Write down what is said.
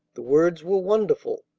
the words were wonderful.